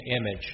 image